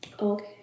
okay